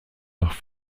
nach